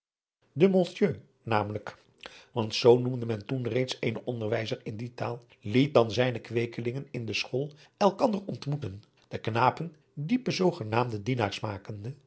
wouter blommesteyn noemde men toen reeds eenen onderwijzer in die taal liet dan zijne kweekelingen in de school elkander ontmoeten de knapen diepe zoogenaamde dienaars makende